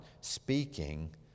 speaking